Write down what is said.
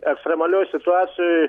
ekstremalioj situacijoj